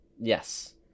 yes